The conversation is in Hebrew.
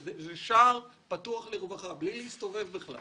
זה שער פתוח לרווחה, בלי להסתובב בכלל